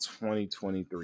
2023